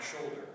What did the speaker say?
shoulder